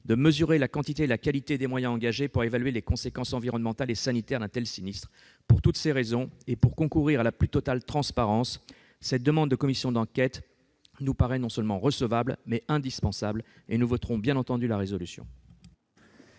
et mesurer la quantité et la qualité des moyens engagés pour évaluer les conséquences environnementales et sanitaires d'un tel sinistre. Pour toutes ces raisons, et pour concourir à la plus totale transparence, cette demande de commission d'enquête nous paraît non seulement recevable, mais indispensable. Nous voterons, bien évidemment, cette proposition